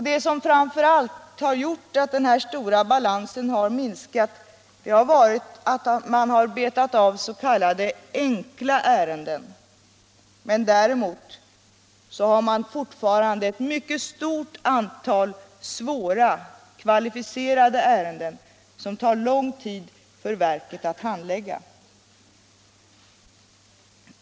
Det som framför allt gjort att den stora balansen har minskat har varit att man betat av s.k. enkla ärenden men däremot har man fortfarande kvar ett mycket stort antal svåra och kvalificerade ärenden, som det tar lång tid för verket att handlägga.